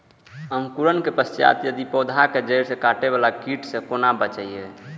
अंकुरण के पश्चात यदि पोधा के जैड़ काटे बाला कीट से कोना बचाया?